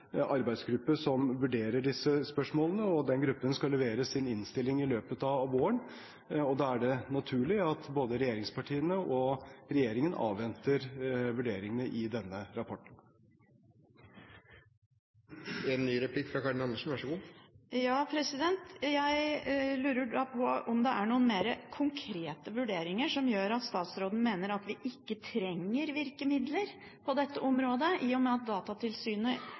arbeidsgruppe som vurderer disse spørsmålene. Den gruppen skal levere sin innstilling i løpet av våren, og da er det naturlig at både regjeringspartiene og regjeringen avventer vurderingene i denne rapporten. Jeg lurer da på om det er noen mer konkrete vurderinger som gjør at statsråden mener at vi ikke trenger virkemidler på dette området, i og med at Datatilsynet